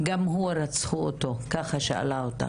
--- גם הוא רצחו אותו, ככה שאלה אותך.